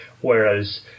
Whereas